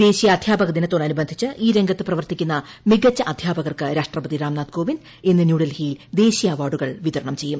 ദേശീയ അദ്ധ്യാപകദിനത്തോടനുബന്ധിച്ച് ഈ രംഗത്ത് പ്രവർത്തിക്കുന്ന മികച്ച അദ്ധ്യാപകർക്ക് രാഷ്ട്രപതി രാംനാഥ് കോവിന്ദ് ഇന്ന് ന്യൂഡൽഹിയിൽ ദേശീയ അവാർഡുകൾ വിതരണം ചെയ്യും